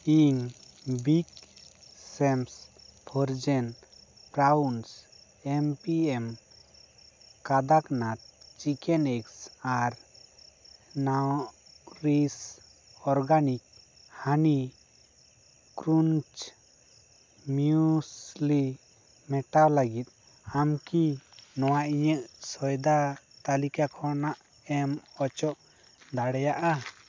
ᱤᱧ big sams frozen prawns M P M Kadaknath chicken eggs ᱟᱨ nourish organic honey crunch muesli ᱢᱮᱴᱟᱣ ᱞᱟᱹᱜᱤᱫ ᱟᱢ ᱠᱤ ᱱᱚᱣᱟ ᱤᱧᱟᱜ ᱥᱚᱭᱫᱟ ᱛᱟᱹᱞᱤᱠᱟ ᱠᱷᱚᱱᱟᱜ ᱮᱢ ᱚᱪᱚᱜ ᱫᱟᱲᱮᱭᱟᱜᱼᱟ